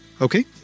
Okay